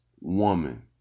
woman